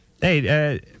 Hey